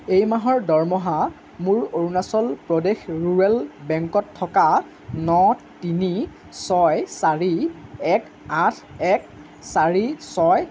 এই মাহৰ দৰমহা মোৰ অৰুনাচল প্ৰদেশ ৰুৰেল বেংকত থকা ন তিনি ছয় চাৰি এক আঠ এক চাৰি ছয়